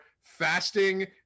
fasting